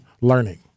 Learning